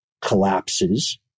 collapses